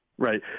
Right